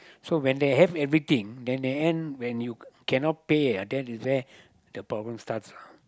so when they have everything then the end when you cannot pay that is where the problem starts